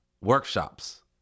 workshops